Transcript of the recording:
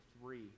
three